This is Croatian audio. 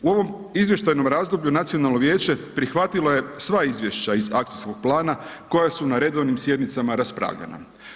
U ovom izvještajnom razdoblju nacionalno vijeće prihvatilo je sva izvješća iz akcijskog plana koja su na redovnim sjednicama raspravljana.